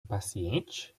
impaciente